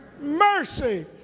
mercy